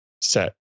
set